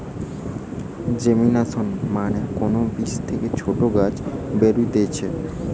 germination মানে কোন বীজ থেকে ছোট গাছ বেরুতিছে